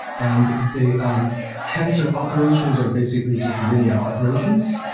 and the um tensor operations are basically just linear operations,